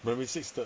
primary six 的